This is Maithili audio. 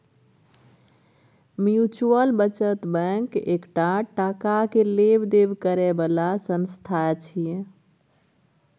म्यूच्यूअल बचत बैंक एकटा टका के लेब देब करे बला संस्था छिये